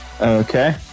okay